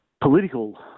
political